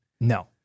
no